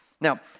Now